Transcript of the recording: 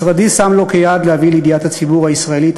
משרדי שם לו ליעד להביא לידיעת הציבור הישראלי את